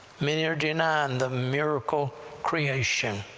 many are denying the miracle creation